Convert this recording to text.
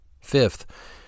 Fifth